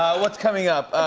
what's coming up?